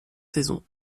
saison